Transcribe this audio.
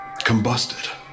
combusted